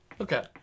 Okay